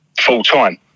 full-time